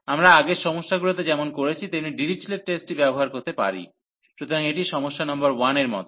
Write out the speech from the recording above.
আমরা আগের সমস্যাগুলিতে যেমন করেছি তেমনই ডিরিচলেট টেস্টটি ব্যবহার করতে পারি সুতরাং এটি সমস্যা নম্বর 1 এর মতো